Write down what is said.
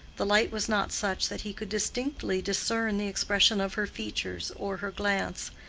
the light was not such that he could distinctly discern the expression of her features or her glance,